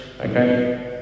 okay